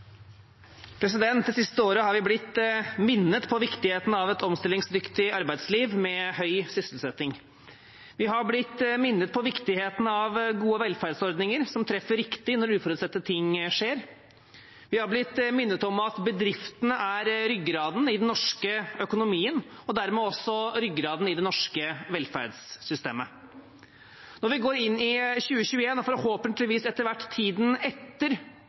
Det siste året har vi blitt minnet på viktigheten av et omstillingsdyktig arbeidsliv med høy sysselsetting. Vi har blitt minnet på viktigheten av gode velferdsordninger som treffer riktig når uforutsette ting skjer. Vi har blitt minnet om at bedriftene er ryggraden i den norske økonomien, og dermed også ryggraden i det norske velferdssystemet. Når vi går inn i 2021, og forhåpentligvis etter hvert tiden etter